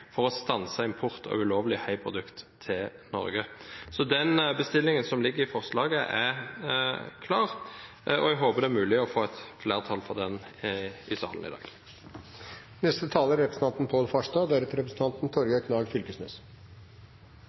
for å stanse import av ulovlige haiprodukter til Norge. Bestillingen som ligger i forslaget, er klar, og jeg håper det er mulig å få flertall for det i salen i dag. Takk til sakens ordfører for gjennomgangen av saken. Norge er,